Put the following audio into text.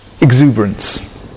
exuberance